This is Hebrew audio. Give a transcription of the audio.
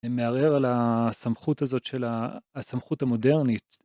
מערער על הסמכות המודרנית.